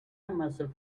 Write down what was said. myself